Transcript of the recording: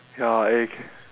ya anything